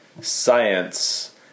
science